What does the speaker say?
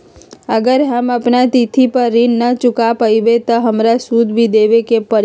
अगर हम अपना तिथि पर ऋण न चुका पायेबे त हमरा सूद भी देबे के परि?